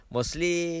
Mostly